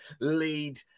lead